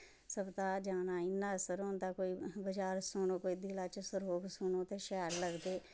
सबताह् जाना इन्ना असर होंदा कोई बचार सुनो कोई दिला च श्लोक सुनो ते शैल लगदे